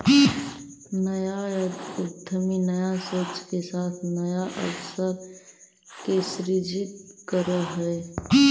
नया उद्यमी नया सोच के साथ नया अवसर के सृजित करऽ हई